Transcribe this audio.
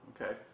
Okay